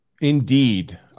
Indeed